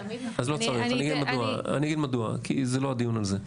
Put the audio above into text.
אני אגיד מדוע, כי זה לא הדיון על זה.